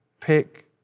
pick